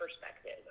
perspective